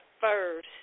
first